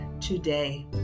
today